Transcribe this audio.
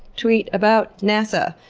tweet about nasa.